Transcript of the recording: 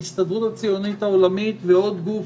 ההסתדרות הציונית העולמית ועוד גוף,